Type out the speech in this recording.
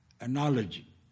analogy